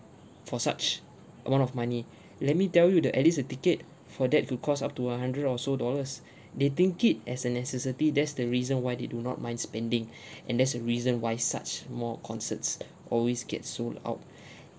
for such amount of money let me tell you that at least the ticket for that to cost up to a hundred or so dollars they think it as a necessity that's the reason why they do not mind spending and there's a reason why such more concerts always get sold out